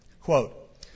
Quote